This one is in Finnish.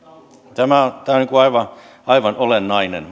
tämä on tämä on aivan aivan olennainen